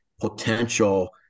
potential